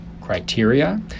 criteria